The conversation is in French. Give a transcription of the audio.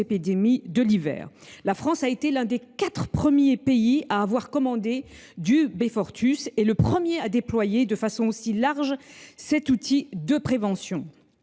de l’hiver. La France a été l’un des quatre premiers pays à en avoir commandé et le premier État à déployer de façon aussi large cet outil de prévention.